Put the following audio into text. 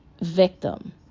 victim